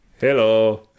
Hello